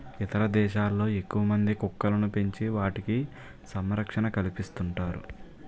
ఇతర దేశాల్లో ఎక్కువమంది కుక్కలను పెంచి వాటికి సంరక్షణ కల్పిస్తుంటారు